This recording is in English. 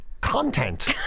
content